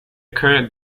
current